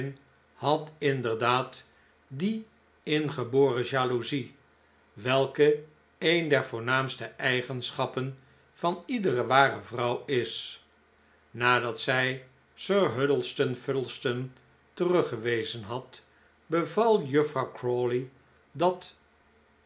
had inderdaad die ingeboren jaloezie welke een der voornaamste eigenschappen van iedere ware vrouw is nadat zij sir huddleston fuddleston teruggewezen had beval juffrouw crawley dat